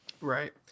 Right